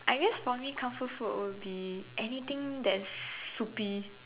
I guess for me comfort food would be anything that is soupy